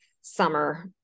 summer